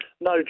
no